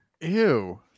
Ew